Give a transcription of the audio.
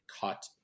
cut